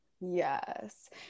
yes